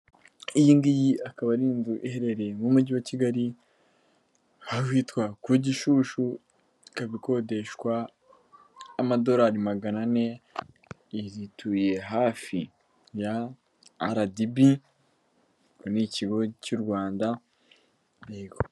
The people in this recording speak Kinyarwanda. Iyi ngiyi akaba ari inzu iherereye mu mujyi wa Kigali ahitwa ku Gishushu, ikaba ikodeshwa amadorari magana ane, inzu ituye hafi ya RDB, ubwo ni ikigo cy'u Rwanda, yego.